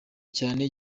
cyane